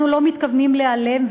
אנחנו לא מתכוונים להיעלם,